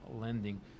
lending